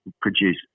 produce